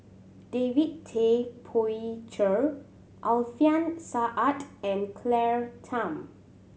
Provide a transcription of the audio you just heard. David Tay Poey Cher Alfian Sa'at and Claire Tham